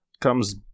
comes